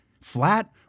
flat